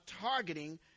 targeting